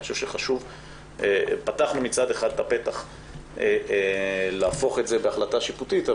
אני חושב שפתחנו מצד אחד את הפתח להפוך את זה בהחלטה שיפוטית,